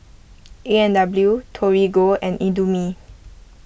A and W Torigo and Indomie